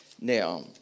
Now